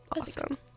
Awesome